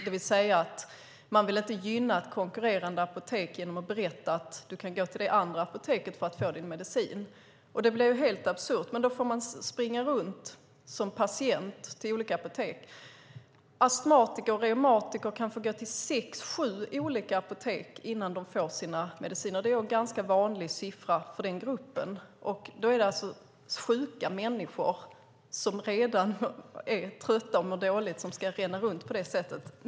Man vill alltså inte gynna ett konkurrerande apotek genom att berätta att kunden kan gå till det andra apoteket för att få sin medicin. Det blir helt absurt. Man får som patient springa runt till olika apotek. Astmatiker och reumatiker kan få gå till sex sju olika apotek innan de får sina mediciner. Det är en ganska vanlig siffra för den gruppen. Det är alltså sjuka människor som redan är trötta och mår dåligt som ska ränna runt på det sättet.